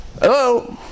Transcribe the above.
Hello